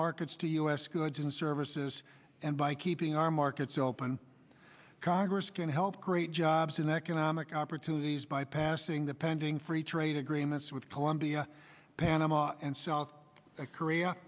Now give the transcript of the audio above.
markets to u s goods and services and by keeping our markets open congress can help create jobs and economic opportunities by passing the pending free trade agreements with colombia panama and south korea